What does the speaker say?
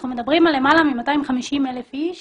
אנחנו מדברים על למעלה מ-250,000 אנשים